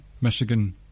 Michigan